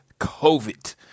COVID